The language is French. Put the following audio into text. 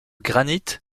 granite